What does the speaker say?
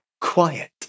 quiet